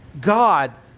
God